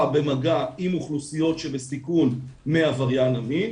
במגע עם אוכלוסיות שבסיכון מעבריין המין.